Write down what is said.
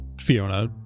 Fiona